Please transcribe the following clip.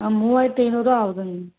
ஆ மூவாயிரத்து ஐந்நூறுரூவா ஆகுதுங்க